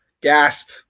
Gasp